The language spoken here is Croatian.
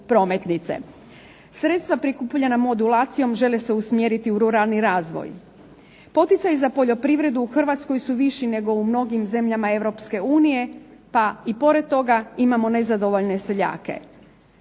Sredstva prikupljena modulacijom žele se usmjeriti u ruralni razvoj. Poticaji za poljoprivredu u Hrvatskoj su viši nego u mnogim zemljama EU pa i pored toga imamo nezadovoljne seljake.